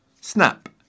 snap